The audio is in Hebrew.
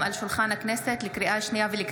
כל החוקים שהוגשו על ידי האופוזיציה היו ראויים ולא